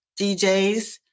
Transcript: DJs